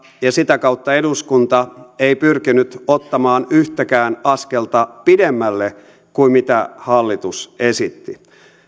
ja sitä kautta eduskunta ei pyrkinyt ottamaan yhtäkään askelta pidemmälle kuin mitä hallitus esitti